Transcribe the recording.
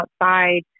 outside